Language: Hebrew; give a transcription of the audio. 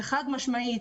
וחד-משמעי,